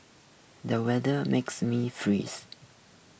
the weather makes me freeze